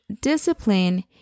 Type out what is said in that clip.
discipline